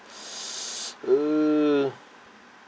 ugh